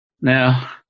Now